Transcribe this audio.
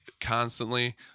constantly